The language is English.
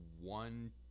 one